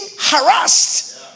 harassed